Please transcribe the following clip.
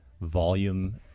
volume